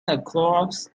across